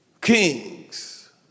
kings